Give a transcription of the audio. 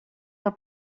del